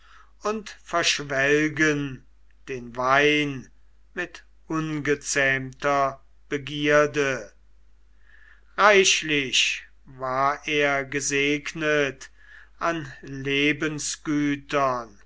und verschwelgen den wein mit ungezähmter begierde reichlich war er gesegnet an